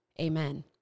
Amen